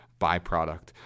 byproduct